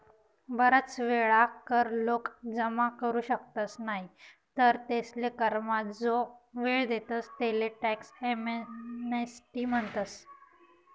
बराच वेळा कर लोक जमा करू शकतस नाही तर तेसले करमा जो वेळ देतस तेले टॅक्स एमनेस्टी म्हणतस